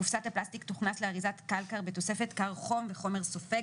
קופסת הפלסטי תוכנס לאריזת קלקר בתוספת קרחום וחומר סופג,